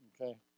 Okay